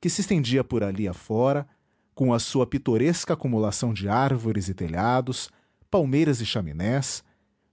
que se estendia por ali a fora com a sua pitoresca acumulação de árvores e telhados palmeiras e chaminés